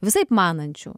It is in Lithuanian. visaip manančių